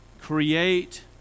create